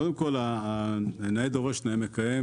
קודם כל נאה דורש נאה מקיים,